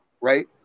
right